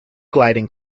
gliding